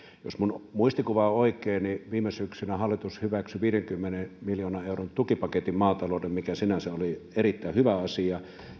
jos minun muistikuvani on oikea niin viime syksynä hallitus hyväksyi viidenkymmenen miljoonan euron tukipaketin maataloudelle mikä sinänsä oli erittäin hyvä asia